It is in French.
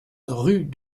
rue